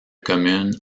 communes